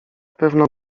pewno